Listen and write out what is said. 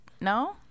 No